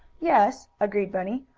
yes, agreed bunny.